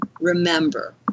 Remember